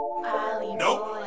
Nope